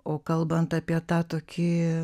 o kalbant apie tą tokį